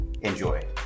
Enjoy